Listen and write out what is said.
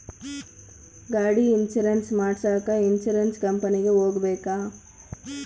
ಗಾಡಿ ಇನ್ಸುರೆನ್ಸ್ ಮಾಡಸಾಕ ಇನ್ಸುರೆನ್ಸ್ ಕಂಪನಿಗೆ ಹೋಗಬೇಕಾ?